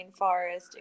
rainforest